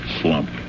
slump